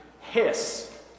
Hiss